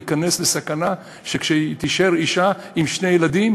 להיכנס לסכנה שתישאר אישה עם שני ילדים,